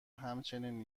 همچنین